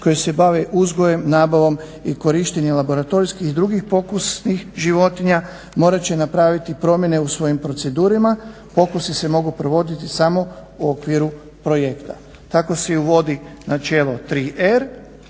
koje se bave uzgojem, nabavom i korištenjem laboratorijskih i drugih pokusnih životinja morat će napraviti promjene u svojim procedurama, pokusi se mogu provoditi samo u okviru projekta. Tako se i uvodi načelo 3R